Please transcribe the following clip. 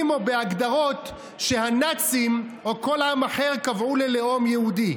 או בהגדרות שהנאצים או כל עם אחר קבעו ללאום יהודי".